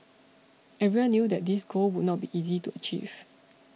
everyone knew that this goal would not be easy to achieve